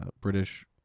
British